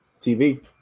TV